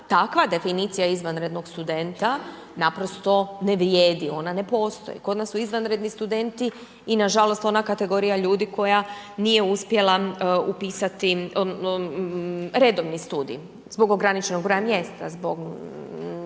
takva definicija izvanrednog studenta naprosto ne vrijedi, ona ne postoji. Kod nas su izvanredni studenti i na žalost ona kategorija ljudi koja nije uspjela upisati redovni studij, zbog ograničenog broja mjesta, zbog